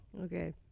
okay